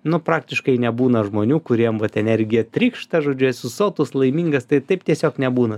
nu praktiškai nebūna žmonių kuriem vat energija trykšta žodžiu esu sotus laimingas tai taip tiesiog nebūna